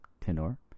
tenor